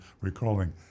recalling